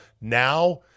Now